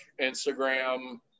Instagram